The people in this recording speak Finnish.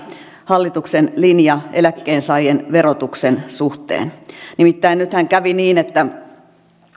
hallituksen linjaan eläkkeensaajien verotuksen suhteen nimittäin nythän kävi niin että